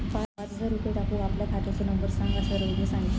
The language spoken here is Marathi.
पाच हजार रुपये टाकूक आपल्या खात्याचो नंबर सांग असा रोहितने सांगितल्यान